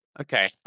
Okay